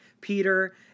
Peter